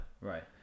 Right